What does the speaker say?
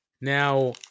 Now